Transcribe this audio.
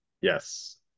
Yes